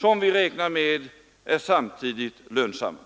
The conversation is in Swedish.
som vi räknar med är samtidigt lönsamma.